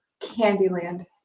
Candyland